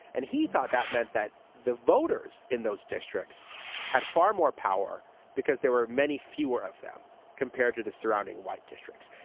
and he thought that meant that the voters in those districts had far more power because there were many fewer of them compared to the surrounding white districts.